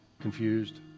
Confused